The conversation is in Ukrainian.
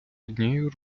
однією